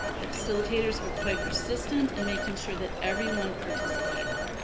the facilitators were quite persistent in making sure that everyone participated.